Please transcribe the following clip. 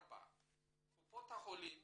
4. קופות החולים